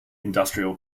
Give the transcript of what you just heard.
industrial